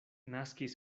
naskis